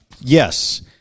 yes